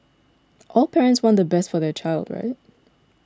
all parents want the best for their child right